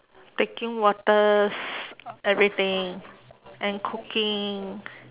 taking waters everything and cooking